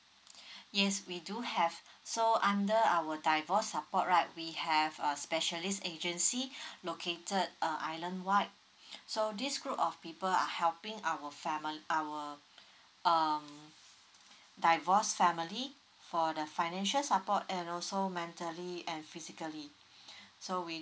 yes we do have so under our divorce for support right we have a specialist agency located uh island wide so this group of people are helping our fami~ our um divorced family for the financial support and also mentally and physically so we